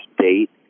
date